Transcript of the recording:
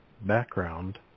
background